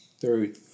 third